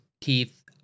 keith